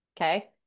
okay